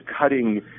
cutting